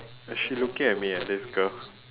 she looking at me eh this girl